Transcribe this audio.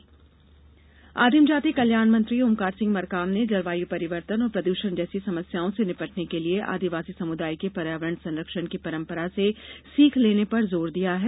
आदिवासी संगोष्ठी आदिम जाति कल्याण मंत्री ओंमकार सिंह मरकाम ने जलवायु परिवर्तन और प्रदूषण जैसी समस्याओं से निपटने के लिए आदिवासी समुदाय की पर्यावरण संरक्षण की परम्परा से सीख लेने पर जोर दिया है